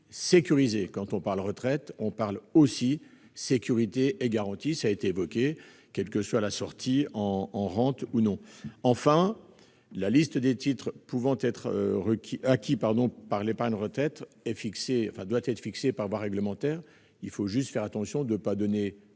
sécurisés. Quand on parle retraite, on parle aussi sécurité et garanties, quelle que soit la sortie, en rente ou non. En outre, la liste des titres pouvant être acquis dans le cadre de l'épargne retraite doit être fixée par voie réglementaire. Il faut simplement faire attention à ne pas donner